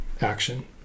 action